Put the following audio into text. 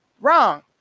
Wrong